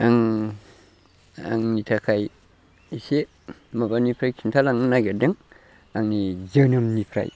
आं आंनि थाखाय एसे माबानिफ्राय खिन्था लांनो नागिरदों आंनि जोनोमनिफ्राय